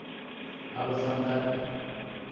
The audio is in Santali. ᱟᱵᱚ ᱥᱟᱱᱛᱟᱲ